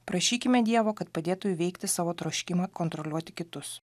prašykime dievo kad padėtų įveikti savo troškimą kontroliuoti kitus